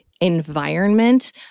environment